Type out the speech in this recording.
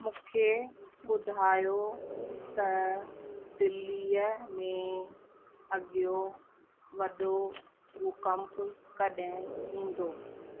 मूंखे ॿुधायो त दिल्लीअ में अॻियों वॾो भूकंप कॾहिं ईंदो